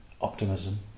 optimism